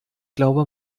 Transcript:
glaube